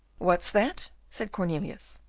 what's that? said cornelius.